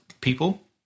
people